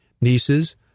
nieces